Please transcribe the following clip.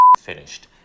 finished